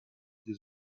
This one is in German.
die